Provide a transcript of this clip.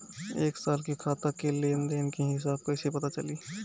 एक साल के खाता के लेन देन के हिसाब कइसे पता चली?